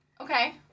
Okay